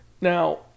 Now